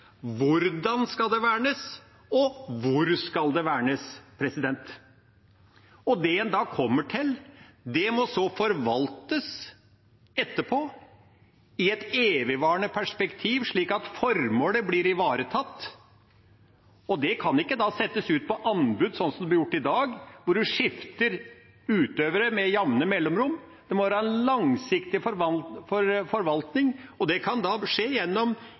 Hvordan skal det vernes? Og hvor skal det vernes? Det en da kommer til, må så forvaltes etterpå i et evigvarende perspektiv, slik at formålet blir ivaretatt. Det kan ikke da settes ut på anbud, sånn som det blir gjort i dag, hvor en skifter utøvere med jamne mellomrom. Det må være en langsiktig forvaltning, og det kan skje